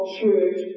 church